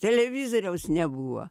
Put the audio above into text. televizoriaus nebuvo